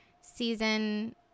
season